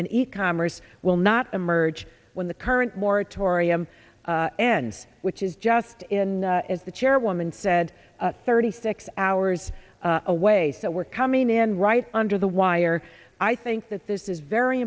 and e commerce will not emerge when the current moratorium ends which is just in is the chairwoman said thirty six hours away so we're coming in right under the wire i think that this is very